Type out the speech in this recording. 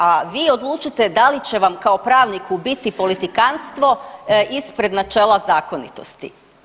A vi odlučite da li će vam kao pravniku biti politikantstvo ispred načela zakonitosti.